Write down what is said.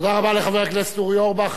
חבר הכנסת אכרם חסון.